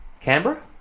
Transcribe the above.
Canberra